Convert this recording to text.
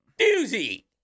doozy